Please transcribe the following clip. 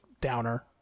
downer